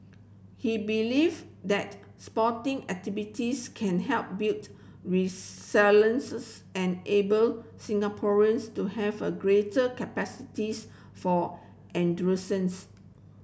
he believe that sporting activities can help built and able Singaporeans to have a greater capacities for endurance